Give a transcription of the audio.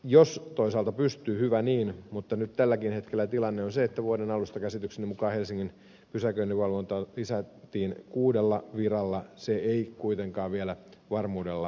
jos toisaalta pystyvät hyvä niin mutta tälläkin hetkellä tilanne on se että vuoden alusta käsitykseni mukaan helsingin pysäköinninvalvontaa lisättiin kuudella viralla ja se ei kuitenkaan vielä varmuudella riitä